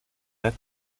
led